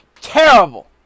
terrible